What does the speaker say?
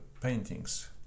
paintings